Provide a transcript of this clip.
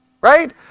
Right